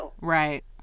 Right